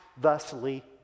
thusly